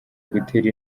gutera